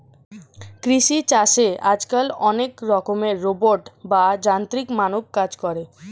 কৃষি চাষে আজকাল অনেক রকমের রোবট বা যান্ত্রিক মানব কাজ করে